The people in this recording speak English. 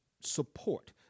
support